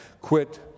quit